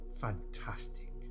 fantastic